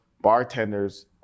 bartenders